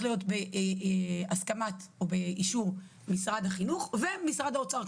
להיות באישור משרד החינוך ומשרד האוצר.